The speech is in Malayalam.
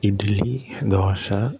ഇഡ്ഡ്ലി ദോശ